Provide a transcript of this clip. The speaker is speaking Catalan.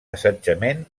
assetjament